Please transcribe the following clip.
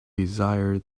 desire